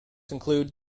include